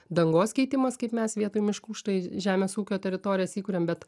dangos keitimas kaip mes vietoj miškų štai žemės ūkio teritorijas įkūriam bet